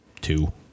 two